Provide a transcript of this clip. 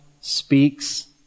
speaks